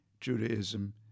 Judaism